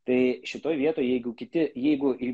tai šitoje vietoj jeigu kiti jeigu ir